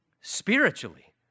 spiritually